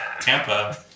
tampa